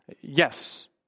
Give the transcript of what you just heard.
Yes